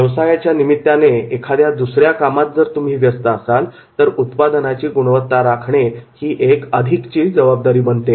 व्यवसायाच्या निमित्ताने एखाद्या दुसऱ्या कामात जर तुम्ही व्यस्त असाल तर उत्पादनाची गुणवत्ता राखणे ही एक अधिकची जबाबदारी बनते